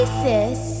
Isis